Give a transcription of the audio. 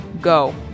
Go